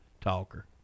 talker